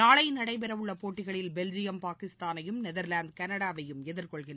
நாளை நடைபெறவுள்ள போட்டிகளில் பெல்ஜியம் பாகிஸ்தானையும் நெதர்லாந்து கனடாவையும் எதிர்கொள்கின்றன